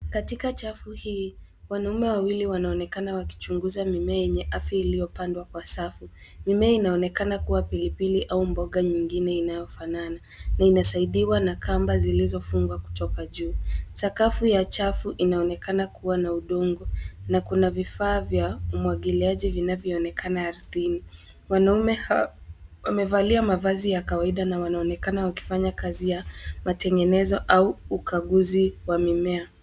Katika chafu hii wanaume wawili wanaonekana wakichunguza mimea yenye afya iliyopandwa kwa safu. Mimea inaonekana kuwa pilipili au mboga nyingine inayofanana na inasaidiwa na kamba zilizofungwa kutoka juu. Sakafu ya chafu inaonekana kuwa na udongo na kuna vifaa vya umwagiliaji vinavyoonekana ardhini. Wanaume hao wamevalia mavazi ya kawaida na wanaonekana wakifanya kazi ya matengenezo au ukaguzi wa mimea.